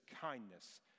kindness